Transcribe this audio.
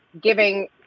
giving